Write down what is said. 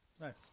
nice